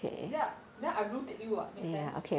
ya then I blue tick you what make sense